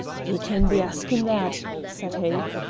ye can be askin' that, said he.